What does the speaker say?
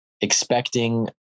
expecting